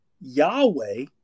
Yahweh